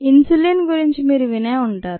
insulin గురించి మీరు వినే ఉంటారు